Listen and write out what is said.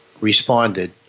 responded